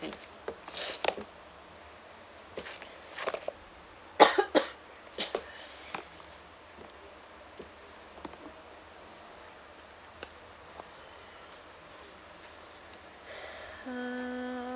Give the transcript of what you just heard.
movie uh